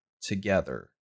together